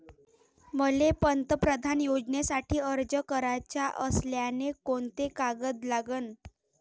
मले पंतप्रधान योजनेसाठी अर्ज कराचा असल्याने कोंते कागद लागन?